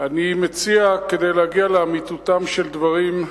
כדי להגיע לאמיתותם של דברים,